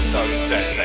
Sunset